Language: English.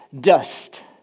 dust